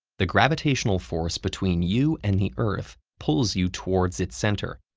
the gravitational force between you and the earth pulls you towards its center,